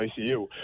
ICU